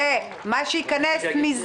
והשר, מה עשה?